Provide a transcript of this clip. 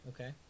Okay